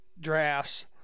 drafts